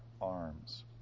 arms